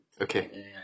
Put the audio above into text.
Okay